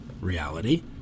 reality